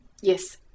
Yes